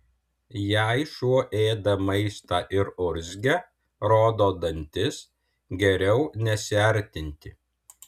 jei šuo ėda maistą ir urzgia rodo dantis geriau nesiartinti